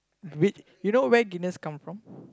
w~ you know where Guinness come from